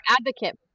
advocate